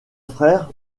frère